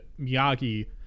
Miyagi—